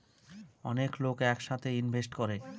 অনেক লোক এক সাথে ইনভেস্ট করে